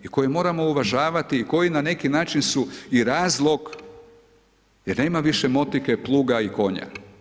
I koje moramo uvažavati i koji na neki način su i razlog jer nema više motike, pluga i konja.